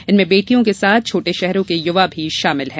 इनमें बेटियों के साथ छोटे शहरों के युवा भी शामिल है